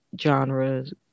genres